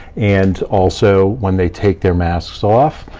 and also, when they take their masks off,